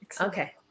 okay